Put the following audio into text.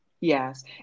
Yes